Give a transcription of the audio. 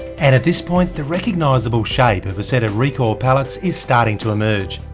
and at this point the recognisable shape of a set of recoil pallets is starting to emerge,